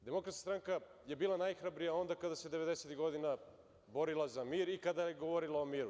Demokratska stranka je bila najhrabrija onda kada se devedesetih godina borila za mir i kada je govorila o miru.